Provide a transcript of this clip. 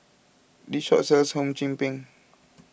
this shop sells Hum Chim Peng